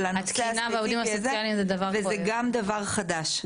זה לנושא הספציפי הזה וזה גם דבר חדש,